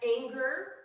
anger